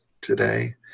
today